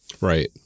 Right